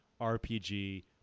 RPG